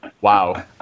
wow